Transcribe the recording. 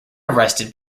arrested